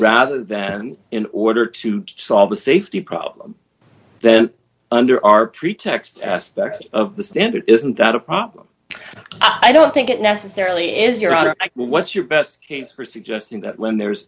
rather than in order to solve a safety problem then under our pretext an aspect of the standard isn't got a problem i don't think it necessarily is your honor what's your best case for suggesting that when there's